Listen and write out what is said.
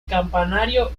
campanario